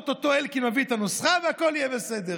או-טו-טו אלקין מביא את הנוסחה והכול יהיה בסדר.